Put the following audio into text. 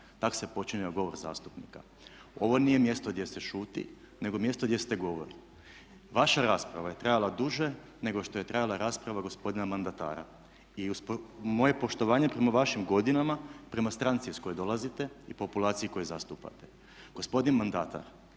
tako se počinjao govor zastupnika. Ovo nije mjesto gdje se šuti, nego mjesto gdje se govori. Vaša rasprava je trajala duže nego što je trajala rasprava gospodina mandatara i uz moje poštovanje prema vašim godinama, prema stranci iz koje dolazite i populaciji koju zastupate gospodin mandatar